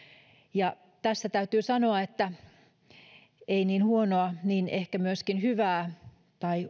ja tässä täytyy sanoa että ei niin huonoa ettei ehkä myöskin hyvää tai